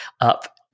up